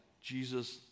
Jesus